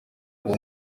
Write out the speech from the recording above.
kuba